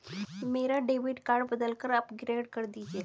मेरा debit card बदलकर upgrade कर दीजिए